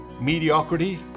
mediocrity